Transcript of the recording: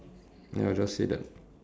then I'll just say that